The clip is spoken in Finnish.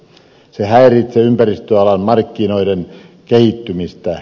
se häiritsee ympäristöalan markkinoiden kehittymistä